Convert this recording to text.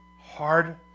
hard